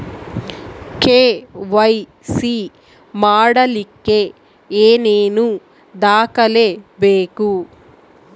KYC ಮಾಡಲಿಕ್ಕೆ ಏನೇನು ದಾಖಲೆಬೇಕು?